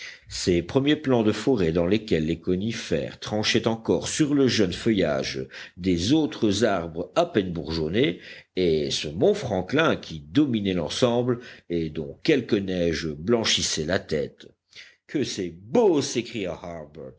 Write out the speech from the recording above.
ses premiers plans de forêts dans lesquels les conifères tranchaient encore sur le jeune feuillage des autres arbres à peine bourgeonnés et ce mont franklin qui dominait l'ensemble et dont quelques neiges blanchissaient la tête que c'est beau s'écria